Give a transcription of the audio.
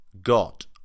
got